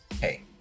hey